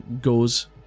goes